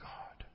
God